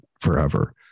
forever